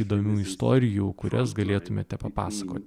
įdomių istorijų kurias galėtumėte papasakot